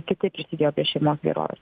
kitaip prisidėjo prie šeimos gerovės